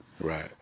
right